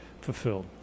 fulfilled